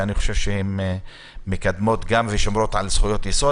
שאני חושב שהן מקדמות ושומרות על זכויות יסוד